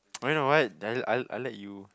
I don't know what I let you